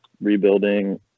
rebuilding